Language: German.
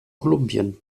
kolumbien